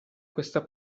questa